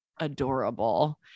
adorable